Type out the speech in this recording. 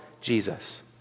Jesus